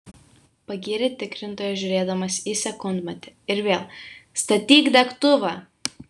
pagyrė tikrintojas žiūrėdamas į sekundmatį ir vėl statyk degtuvą